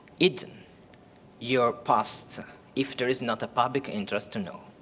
hidden your past if there is not a public interest to know.